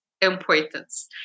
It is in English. importance